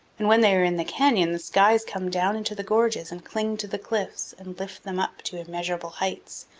and when they are in the canyon the skies come down into the gorges and cling to the cliffs and lift them up to immeasurable heights,